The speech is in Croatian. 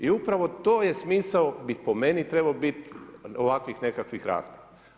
I upravo to je smisao bi po meni trebao biti, ovakvih nekakvih rasprava.